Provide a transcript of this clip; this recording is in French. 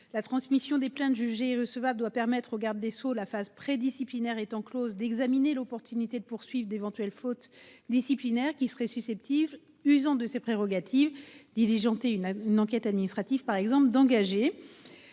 La transmission des plaintes jugées recevables doit permettre au garde des Sceaux la phase pré-disciplinaire étant closes d'examiner l'opportunité de poursuivre d'éventuelles fautes disciplinaires qui seraient susceptibles, usant de ses prérogatives diligenté une une enquête administrative par exemple d'engager.